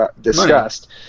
discussed